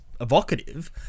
evocative